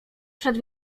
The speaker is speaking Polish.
przed